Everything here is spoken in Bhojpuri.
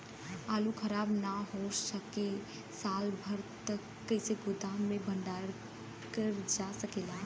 आलू खराब न हो सके साल भर तक कइसे गोदाम मे भण्डारण कर जा सकेला?